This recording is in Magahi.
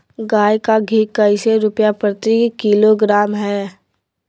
गाय का घी कैसे रुपए प्रति किलोग्राम है?